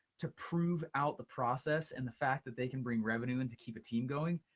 to prove-out the process, and the fact that they can bring revenue and to keep a team going.